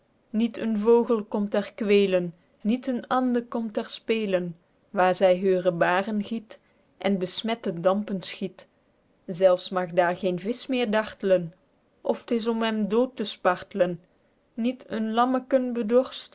niet een vogel komt er kwelen niet een ande komt er spelen waer zy heure baren giet en besmette dampen schiet zelfs mag daer geen visch meer dartlen of t is om hem dood te spartlen niet een lammeken